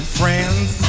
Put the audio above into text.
friends